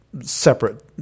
separate